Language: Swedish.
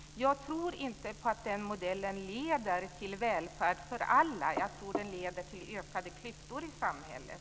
Jag tror inte på att den modellen leder till välfärd för alla. Jag tror att den leder till ökade klyftor i samhället.